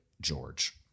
George